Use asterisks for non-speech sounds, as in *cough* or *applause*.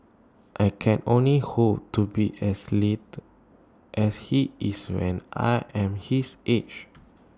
I can only hope to be as *unintelligible* as he is when I am his age